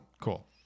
Cool